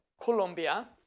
Colombia